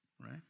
right